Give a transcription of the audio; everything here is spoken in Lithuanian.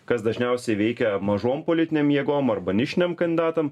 kas dažniausiai veikia mažom politinėm jėgom arba nišiniam kandidatam